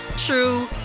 True